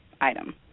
item